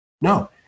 No